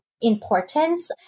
Importance